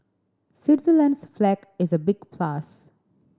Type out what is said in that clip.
Switzerland's flag is a big plus